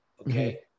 Okay